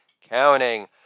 counting